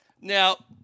Now